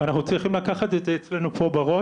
אנחנו צריכים לקחת אצלנו בראש,